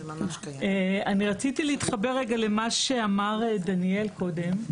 אני רציתי להתחבר לדברים שאמר קודם דניאל,